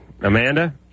Amanda